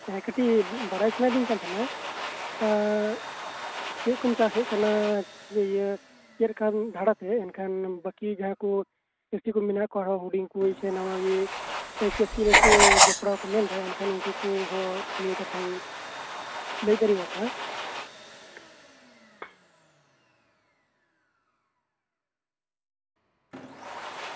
ᱠᱟᱹᱴᱤᱡ ᱵᱟᱰᱟᱭ ᱥᱟᱱᱟᱧ ᱠᱟᱱ ᱛᱟᱦᱮᱸᱱᱟ ᱟᱢ ᱪᱮᱫ ᱠᱚᱢ ᱪᱟᱥ ᱞᱮᱫ ᱛᱟᱦᱮᱸᱱᱟ ᱟᱨᱦᱚᱸ ᱡᱟᱦᱟᱸᱭ ᱪᱟᱹᱥᱤ ᱠᱚ ᱢᱮᱱᱟᱜ ᱠᱚᱣᱟ ᱠᱟᱹᱴᱤᱡ ᱥᱮ ᱱᱟᱣᱟᱱ ᱠᱚ ᱩᱱᱠᱩ ᱠᱚᱦᱚᱸ ᱤᱧᱟᱹᱝ ᱠᱟᱛᱷᱟᱢ ᱞᱟᱹᱭ ᱫᱟᱲᱮᱭᱟᱠᱚᱣᱟ